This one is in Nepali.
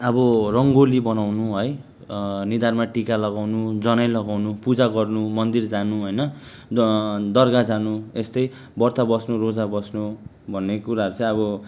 अब रङ्गोली बनाउनु है निधारमा टिका लगाउनु जनै लगाउनु पूजा गर्नु मन्दिर जानु होइन दरगाह जानु यस्तै व्रत बस्नु रोजा बस्नु भन्ने कुराहरू चाहिँ अब